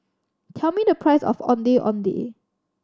tell me the price of Ondeh Ondeh